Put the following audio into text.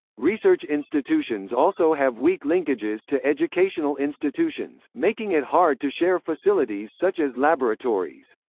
research institutions also have weak linkages to educational institutions, making it hard to share facilities such as laboratories.